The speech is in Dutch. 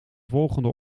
volgende